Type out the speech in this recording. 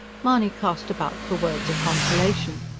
mahony cast about for words of consolation.